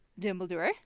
Dumbledore